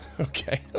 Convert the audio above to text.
Okay